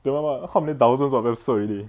that [one] [what] how many thousands of episode already